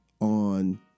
on